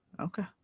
Okay